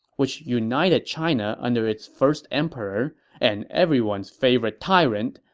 which united china under its first emperor and everyone's favorite tyrant,